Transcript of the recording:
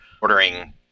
ordering